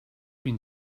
been